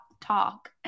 talk